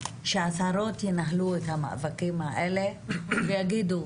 שהשרות ינהלו את המאבקים האלה ויגידו,